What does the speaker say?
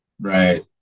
right